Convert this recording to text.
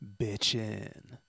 Bitchin